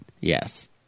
Yes